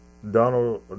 Donald